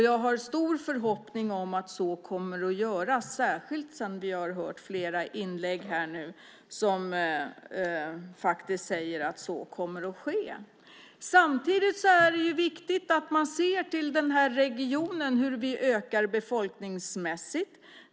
Jag har stor förhoppning om att så kommer att göras. Det gäller särskilt som vi nu har fått höra flera inlägg där man säger att så kommer att ske. Samtidigt är det viktigt att man ser till regionen och hur vi ökar befolkningsmässigt här.